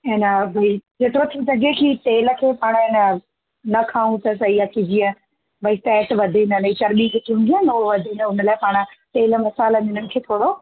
अन भई जेतिरो थी सघे की तेल खे पाणि अन न खाऊं त सही आहे की जीअं भई फ़ैट वधे न चर्ॿी जेकी हूंदी आहे न उहा वधे न हुन लाइ पाणि तेलु मासाला इन्हनि खे थोरो